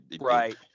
right